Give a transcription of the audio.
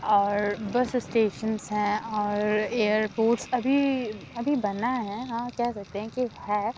اور bus stations ہیں اور ایئر پورٹس ابھی ابھی بنا ہے ہاں کہہ سکتے ہیں کہ ہے